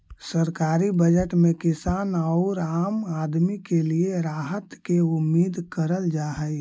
सरकारी बजट में किसान औउर आम आदमी के लिए राहत के उम्मीद करल जा हई